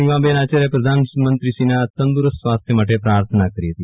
નિમાબેન આચાર્ય પ્રધાનમંત્રીશ્રીના તંદુરસ્ત સ્વાસ્થ્ય માટે પ્રાર્થના કરી હતી